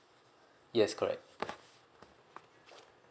yes correct